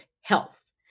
health